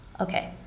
Okay